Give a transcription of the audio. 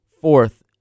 fourth